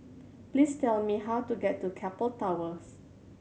please tell me how to get to Keppel Towers